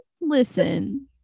listen